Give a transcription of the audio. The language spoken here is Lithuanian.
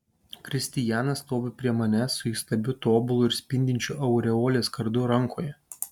kristijanas stovi prie manęs su įstabiu tobulu ir spindinčiu aureolės kardu rankoje